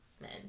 men